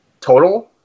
total